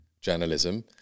journalism